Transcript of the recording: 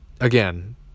again